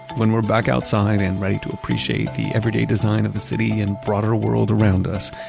when we're back outside and ready to appreciate the everyday design of the city and broader world around us,